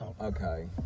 Okay